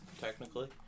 technically